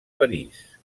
parís